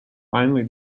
finally